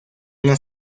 una